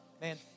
Man